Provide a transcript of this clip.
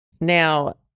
Now